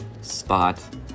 spot